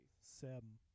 Seven